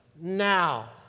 now